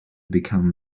become